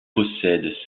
possède